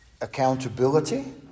accountability